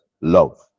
love